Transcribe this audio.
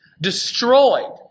destroyed